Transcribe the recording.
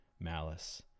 malice